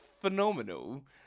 phenomenal